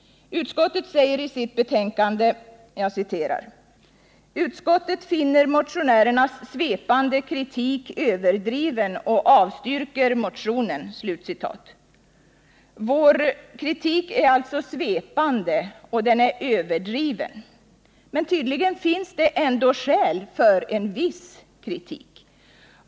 Utskottet säger i sitt betänkande: ”Utskottet finner motionärernas svepande kritik överdriven och avstyrker motionen.” Vår kritik är alltså svepande, och den är överdriven. Men tydligen finns det ändå skäl för en viss kritik.